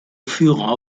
führer